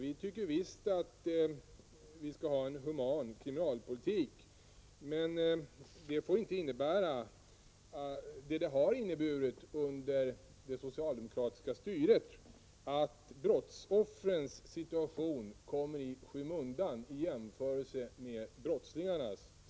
Vi anser visst att man skall ha en human krimanlpolitik. Men det får inte, som det gjort under det socialdemokratiska styret, innebära att brottsoffren kommer i skymundan i jämförelse med brottslingarna.